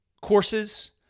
courses